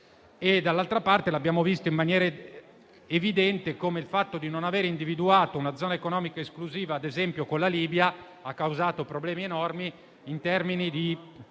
Dall'altra parte, abbiamo visto in maniera evidente come il fatto di non avere individuato una zona economica esclusiva - ad esempio - con la Libia ha causato problemi enormi in termini di